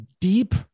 deep